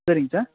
சரிங்க சார்